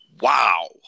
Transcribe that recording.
Wow